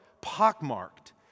pockmarked